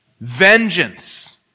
vengeance